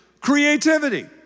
creativity